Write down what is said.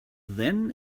then